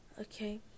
okay